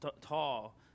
tall